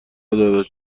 داداش